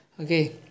Okay